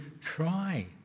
try